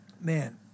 man